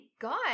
god